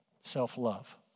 self-love